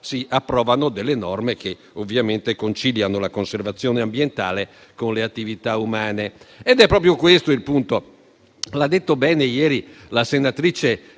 si approvano delle norme che ovviamente conciliano la conservazione ambientale con le attività umane. È proprio questo il punto e l'ha detto bene ieri la senatrice